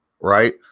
right